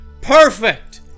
perfect